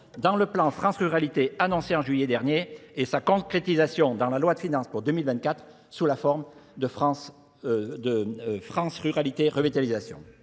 dans le plan France ruralité annoncé en juillet dernier et sa concrétisation dans la loi de finances pour 2024 sous la forme de France ruralité revétalisation.